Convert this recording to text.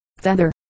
feather